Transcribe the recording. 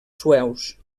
sueus